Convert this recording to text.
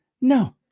No